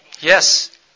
Yes